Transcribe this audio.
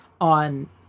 on